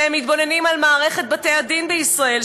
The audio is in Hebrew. והם מתבוננים על מערכת בתי-הדין בישראל,